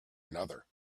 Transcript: another